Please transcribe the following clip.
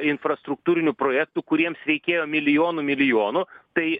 infrastruktūrinių projektų kuriems reikėjo milijonų milijonų tai